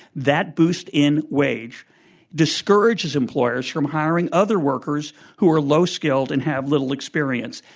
that boost in wage discourages employers from hiring other workers who are low-skilled and have little experience.